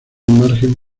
margen